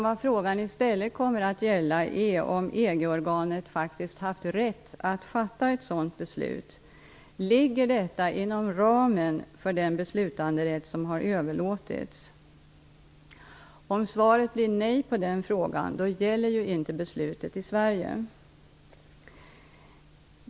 Vad frågan i stället kommer att gälla är om EG-organet haft rätt att fatta ett sådant beslut. Ligger detta inom ramen för den beslutanderätt som har överlåtits? Om svaret på den frågan blir nej, gäller inte beslutet i Sverige.